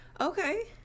Okay